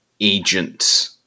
agent